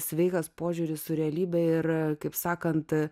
sveikas požiūris su realybe ir kaip sakant